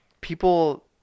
people